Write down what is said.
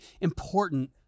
important